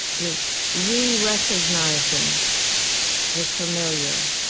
you're re-recognizing the familiar